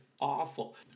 awful